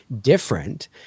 different